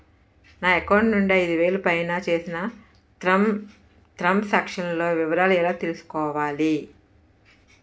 నా అకౌంట్ నుండి ఐదు వేలు పైన చేసిన త్రం సాంక్షన్ లో వివరాలు ఎలా తెలుసుకోవాలి?